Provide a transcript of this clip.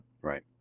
right